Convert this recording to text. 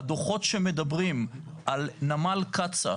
הדוחות שמדברים על נמל קצא"א,